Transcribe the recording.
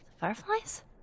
Fireflies